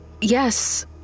Yes